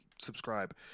subscribe